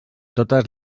totes